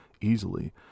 easily